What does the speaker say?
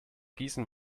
gießen